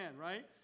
right